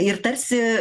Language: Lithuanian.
ir tarsi